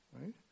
Right